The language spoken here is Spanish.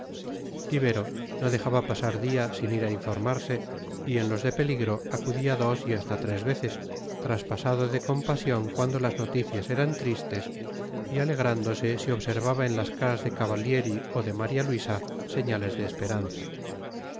ibero no dejaba pasar día sin ir a informarse y en los de peligro acudía dos y hasta tres veces traspasado de compasión cuando las noticias eran tristes y alegrándose si observaba en las caras de cavallieri o de maría luisa señales de esperanza